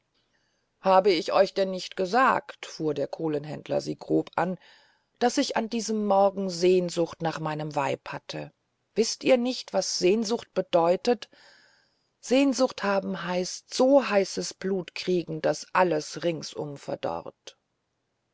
habe ich euch denn nicht gesagt fuhr der kohlenhändler sie grob an daß ich an diesem morgen sehnsucht nach meinem weib hatte wißt ihr nicht was sehnsucht bedeutet sehnsucht haben heißt so heißes blut kriegen daß alles ringsum verdorrt